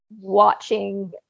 watching